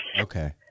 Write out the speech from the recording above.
Okay